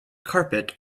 carpet